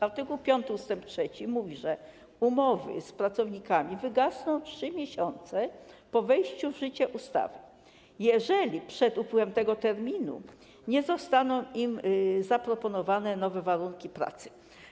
Art. 5 ust. 3 mówi, że umowy z pracownikami wygasną 3 miesiące po wejściu w życie ustawy, jeżeli przed upływem tego terminu nie zostaną im zaproponowane nowe warunki pracy.